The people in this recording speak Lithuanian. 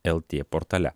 lt portale